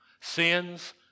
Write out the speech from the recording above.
Sins